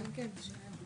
שלום